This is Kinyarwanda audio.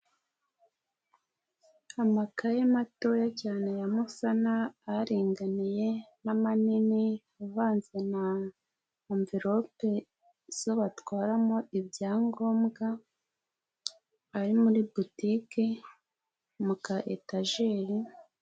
Amakaye matoya cyane ya musana aringaniye n'amananini avanze na anvelope zo batwaramo ibyangombwa ari muri butike muka etajeri...